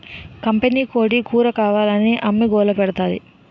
కంపినీకోడీ కూరకావాలని అమ్మి గోలపెడతాంది